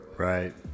right